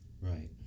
Right